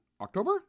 October